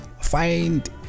Find